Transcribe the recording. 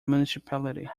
municipality